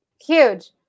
huge